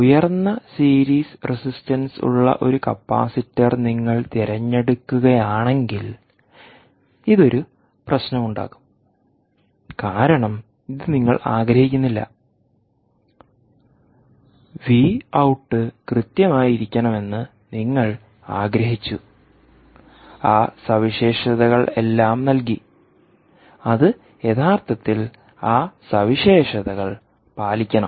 ഉയർന്ന series resistance ഉള്ള ഒരു കപ്പാസിറ്റർ നിങ്ങൾ തിരഞ്ഞെടുക്കുകയാണെങ്കിൽ ഇത് ഒരു പ്രശ്നമുണ്ടാക്കും കാരണം ഇത് നിങ്ങൾ ആഗ്രഹിക്കുന്നില്ല വി ഔട്ട് കൃത്യമായിരിക്കണമെന്ന് നിങ്ങൾ ആഗ്രഹിച്ചു ആ സവിശേഷതകളെല്ലാം നൽകി അത് യഥാർത്ഥത്തിൽ ആ സവിശേഷതകൾ പാലിക്കണം